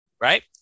right